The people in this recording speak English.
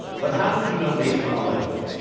but how would you know based on a label?